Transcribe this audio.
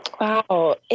Wow